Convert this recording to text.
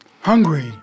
Hungry